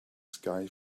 sky